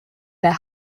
their